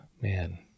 man